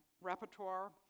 repertoire